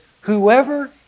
whoever